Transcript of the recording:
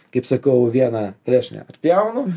kaip sakau vieną klešnę atpjaunu